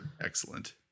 excellent